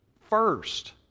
first